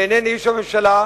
ואינני איש הממשלה,